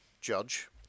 judge